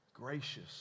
gracious